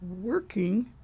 working